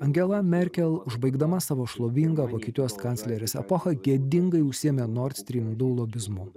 angela merkel užbaigdama savo šlovingą vokietijos kanclerės epochą gėdingai užsiėmė nord strym du lobizmu